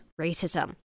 racism